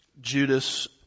Judas